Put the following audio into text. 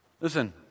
Listen